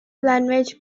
language